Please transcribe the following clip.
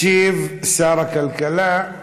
ישיב שר הכלכלה.